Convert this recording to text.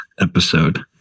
episode